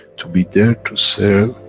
to be there to serve,